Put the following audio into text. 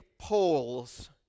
polls